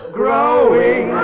growing